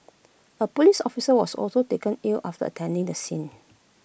A Police officer was also taken ill after attending the scene